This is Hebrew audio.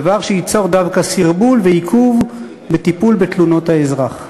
דבר שייצור דווקא סרבול ועיכוב בטיפול בתלונות האזרח.